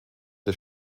des